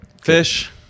fish